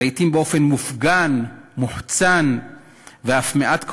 לעתים באופן מופגן, מוחצן ואף מעט קולני,